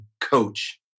coach